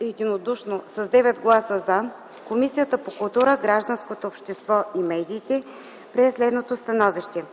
единодушно с 9 гласа „за”, Комисията по културата, гражданското общество и медиите прие следното становище: